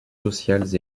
sociales